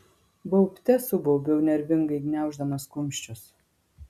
baubte subaubiau nervingai gniauždamas kumščius